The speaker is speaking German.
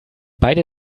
beide